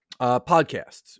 podcasts